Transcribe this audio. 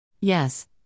Yes